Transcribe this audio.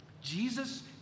Jesus